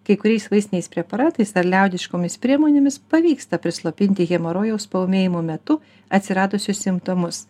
kai kuriais vaistiniais preparatais ar liaudiškomis priemonėmis pavyksta prislopinti hemorojaus paūmėjimo metu atsiradusius simptomus